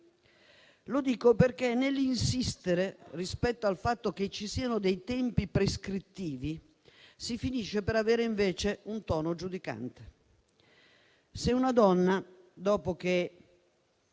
Lo dico perché nell'insistere sul fatto che ci siano tempi prescrittivi, si finisce per avere invece un tono giudicante.